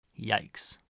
Yikes